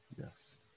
Yes